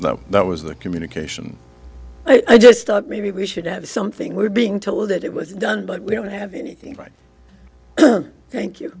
and that was the communication i just thought maybe we should have something we're being told that it was done but we don't have anything right thank you